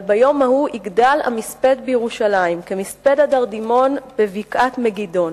על "ביום ההוא יגדל המספד בירושלם כמספד הדדרמון בבקעת מגדון",